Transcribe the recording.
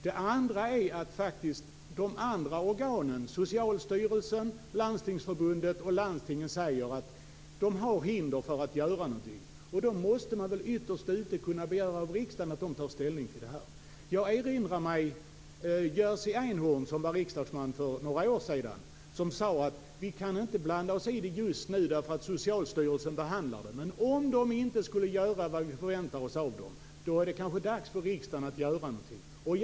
Det andra är att de andra organen - Socialstyrelsen, Landstingsförbundet och landstingen - säger att de har hinder för att göra någonting. Då måste man väl ytterst kunna begära av riksdagen att ta ställning i frågan. Jag erinrar mig Jerzy Einhorn, som var riksdagsman för några år sedan. Han sade: Vi kan inte blanda oss i frågan just nu därför att Socialstyrelsen behandlar den. Men om Socialstyrelsen inte skulle göra vad vi förväntar oss, är det kanske dags för riksdagen att göra någonting.